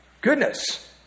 Goodness